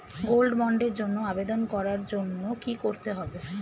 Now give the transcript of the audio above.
Gold বন্ডের জন্য আবেদন করার জন্য কি করতে হবে?